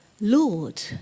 Lord